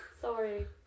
Sorry